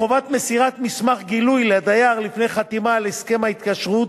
חובת מסירת מסמך גילוי לדייר לפני חתימה על הסכם התקשרות,